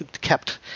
kept